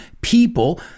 people